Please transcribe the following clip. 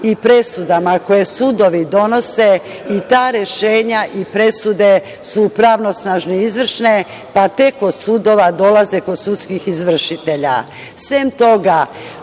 i presudama koje sudovi donose i ta rešenja i presude su pravnosnažne, izvršne, pa tek od sudova dolaze kod sudskih izvršitelja. Sem